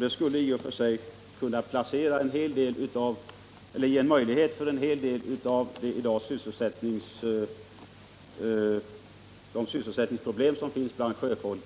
Det skulle i och för sig kunna vara möjligt att på sikt lösa en del av sysselsättningsproblemen bland sjöfolk